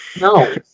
No